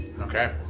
Okay